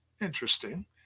Interesting